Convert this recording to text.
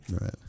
Right